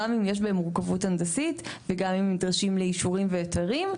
גם אם יש בהן מורכבות הנדסית וגם אם נדרשים אישורים אחרים,